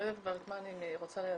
אני לא יודעת כבר את מה אני רוצה לייצג.